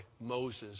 Moses